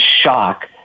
shock